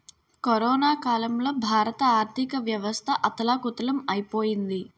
corona కాలంలో భారత ఆర్థికవ్యవస్థ అథాలకుతలం ఐపోయింది